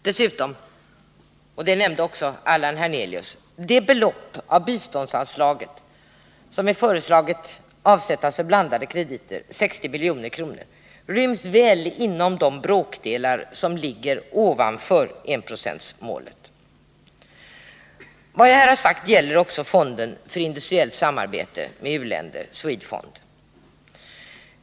Dessutom — och det nämnde också Allan Hernelius — ryms det belopp av biståndsanslaget som föreslås avsatt för blandade krediter, 60 milj.kr., väl inom de bråkdelar som ligger ovanför enprocentsmålet. Vad jag här har sagt gäller också fonden för industriellt samarbete med u-länder, SNEDFUND.